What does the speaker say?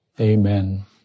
amen